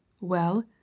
Well